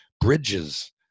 bridges